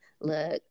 look